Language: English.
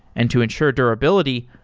and to ensure durability,